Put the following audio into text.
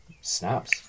snaps